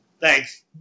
Thanks